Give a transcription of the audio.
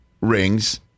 rings